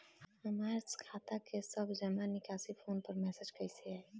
हमार खाता के सब जमा निकासी फोन पर मैसेज कैसे आई?